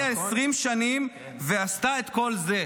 היא חיה 20 שנים ועשתה את כל זה,